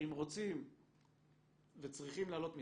שאם רוצים וצריכים להעלות מסים,